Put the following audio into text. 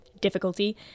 difficulty